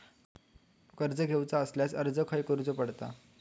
कर्ज घेऊचा असल्यास अर्ज खाय करूचो पडता?